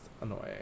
annoying